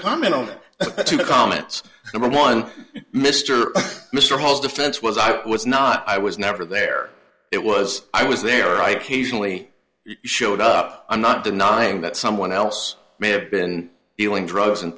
comment on the two comments number one mr mr holmes defense was i was not i was never there it was i was there i occasionally you showed up i'm not denying that someone else may have been dealing drugs and